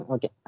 Okay